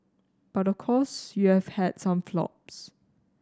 but of course you have had some flops